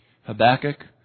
Habakkuk